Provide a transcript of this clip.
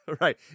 right